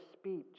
speech